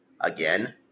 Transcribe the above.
Again